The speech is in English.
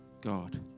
God